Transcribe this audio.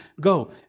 go